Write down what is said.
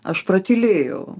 aš pratylėjau